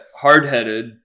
hard-headed